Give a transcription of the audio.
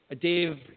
Dave